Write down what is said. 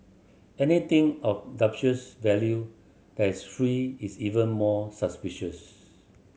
anything of dubious value that is free is even more suspicious